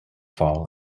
fall